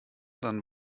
dann